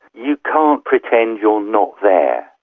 you can't pretend you're not there,